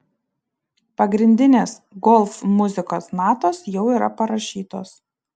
pagrindinės golf muzikos natos jau yra parašytos